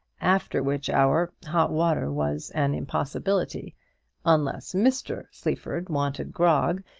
after which hour hot water was an impossibility unless mr. sleaford wanted grog,